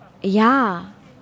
Ja